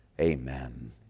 amen